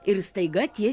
ir staiga tie